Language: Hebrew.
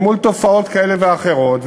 מול תופעות כאלה ואחרות.